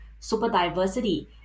superdiversity